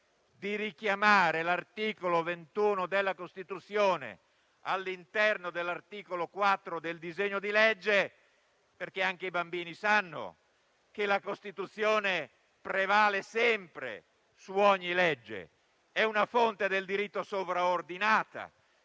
di richiamare l'articolo 21 della Costituzione all'interno dell'articolo 4 del disegno di legge, dato che anche i bambini sanno che la Costituzione prevale sempre su ogni legge, essendo una fonte del diritto sovraordinata?